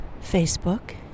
Facebook